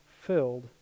filled